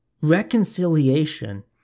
reconciliation